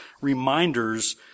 reminders